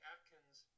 Atkins